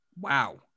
Wow